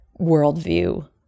worldview